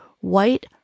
white